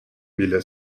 mille